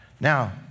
Now